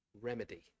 remedy